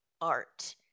art